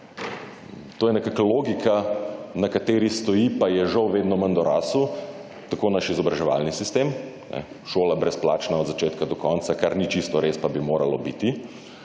To je nekakšna logika na kateri stoji, pa je žal vedno manj dorasel, tako naš izobraževalni sistem, šola brezplačno od začetka do konca, kar ni čisto res, pa bi moralo biti.